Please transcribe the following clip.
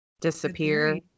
disappear